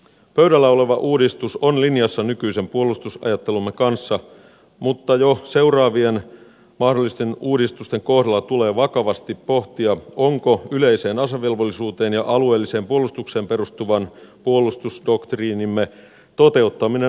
pöydällä oleva uudistus on linjassa nykyisen puolustusajattelumme kanssa mutta jo seuraavien mahdollisten uudistusten kohdalla tulee vakavasti pohtia onko yleiseen asevelvollisuuteen ja alueelliseen puolustukseen perustuvan puolustusdoktriinimme toteuttaminen vaarantumassa